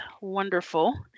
wonderful